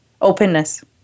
openness